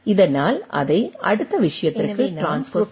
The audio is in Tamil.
இதனால் அதை அடுத்த விஷயத்திற்கு ட்ரான்ஸ்பெர் செய்ய முடியும்